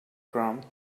chrome